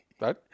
Right